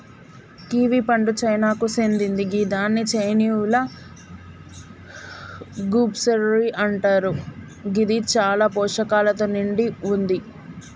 kiwi పండు చైనాకు సేందింది గిదాన్ని చైనీయుల గూస్బెర్రీ అంటరు గిది చాలా పోషకాలతో నిండి వుంది